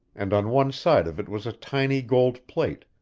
and on one side of it was a tiny gold plate,